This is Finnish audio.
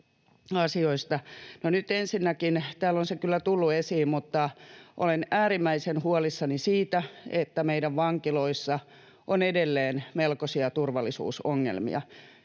Nyt ensinnäkin, täällä on se kyllä tullut esiin, olen äärimmäisen huolissani siitä, että meidän vankiloissa on edelleen melkoisia turvallisuusongelmia.